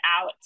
out